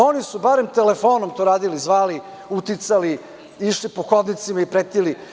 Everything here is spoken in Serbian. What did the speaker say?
Oni su barem telefonom to radili zvali, uticali, išli po hodnicima i pretili.